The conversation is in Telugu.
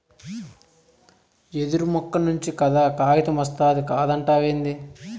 యెదురు మొక్క నుంచే కదా కాగితమొస్తాది కాదంటావేంది